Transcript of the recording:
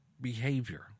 behavior